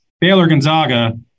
Baylor-Gonzaga